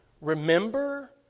Remember